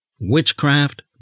witchcraft